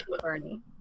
Bernie